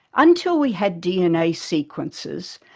until we had dna sequences,